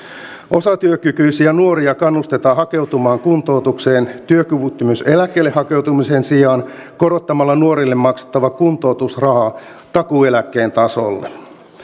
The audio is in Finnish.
osatyökykyisiä nuoria kannustetaan hakeutumaan kuntoutukseen työkyvyttömyyseläkkeelle hakeutumisen sijaan korottamalla nuorille maksettava kuntoutusraha takuueläkkeen tasolle myöskään